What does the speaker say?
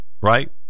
right